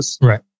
Right